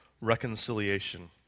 reconciliation